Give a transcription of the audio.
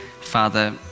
Father